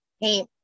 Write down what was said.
hey